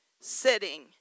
sitting